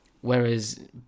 Whereas